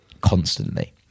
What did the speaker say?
constantly